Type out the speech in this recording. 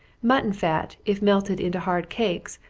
mutton fat, if melted into hard cakes,